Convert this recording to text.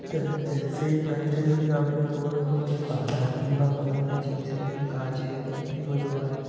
করতে হচ্ছে সেই কাজটা যদি আপনি কোনও রকমভাবে বাধা কিনবা কোনও একটা জিনিসে যদি কাজে বিপদে পড়েন